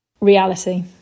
Reality